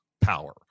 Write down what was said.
power